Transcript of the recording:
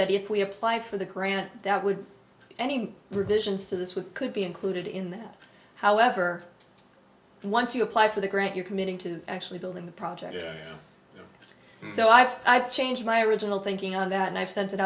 that if we apply for the grant that would any revisions to this would could be included in that however once you apply for the grant you're committing to actually building the project so i've i've changed my original thinking on that and i've sent it